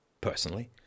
personally